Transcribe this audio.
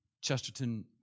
Chesterton